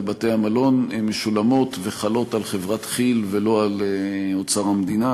בתי-המלון משולמות וחלות על חברת כי"ל ולא על אוצר המדינה,